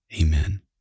Amen